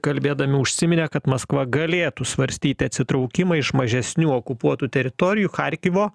kalbėdami užsiminė kad maskva galėtų svarstyti atsitraukimą iš mažesnių okupuotų teritorijų charkivo